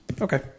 Okay